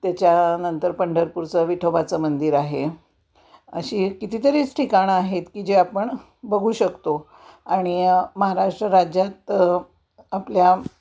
त्याच्यानंतर पंढरपूरचं विठोबाचं मंदिर आहे अशी कितीतरीच ठिकाणं आहेत की जी आपण बघू शकतो आणि महाराष्ट्र राज्यात आपल्या